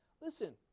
Listen